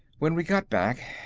when we got back,